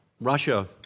Russia